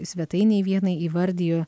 svetainei vienai įvardijo